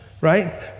right